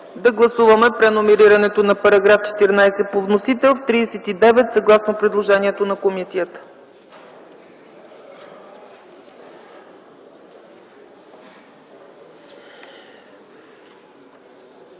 Да гласуваме преномерирането на § 14 по вносител в § 39 съгласно предложението на комисията.